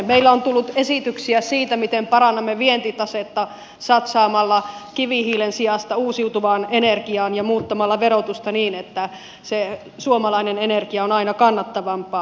meiltä on tullut esityksiä siitä miten parannamme vientitasetta satsaamalla kivihiilen sijasta uusiutuvaan energiaan ja muuttamalla verotusta niin että se suomalainen energia on aina kannattavampaa